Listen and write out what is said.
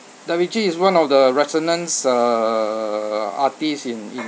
da vinci is one of the resonance uh artist in